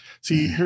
see